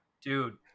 Dude